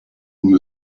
who